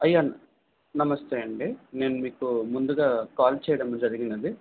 అయ్యా నమస్తే అండి నేను మీకు ముందుగా కాల్ చేయడం జరిగినది